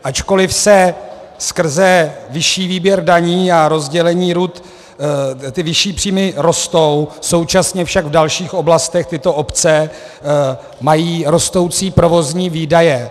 Ačkoliv skrze vyšší výběr daní a rozdělení RUD ty vyšší příjmy rostou, současně však v dalších oblastech tyto obce mají rostoucí provozní výdaje.